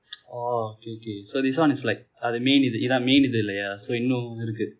oh okay okay so this one is like அது:athu main இது இதுதான்:ithu ithaan main இது இல்லையா:ithu illaiyaa so இன்னும் இருக்கு:innum irukku